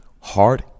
heart